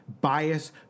bias